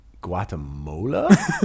Guatemala